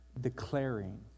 declaring